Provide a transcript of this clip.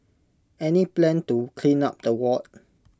any plan to clean up the ward